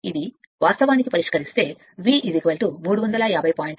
కాబట్టి వాస్తవానికి పరిష్కరిస్తే వాస్తవానికి V 350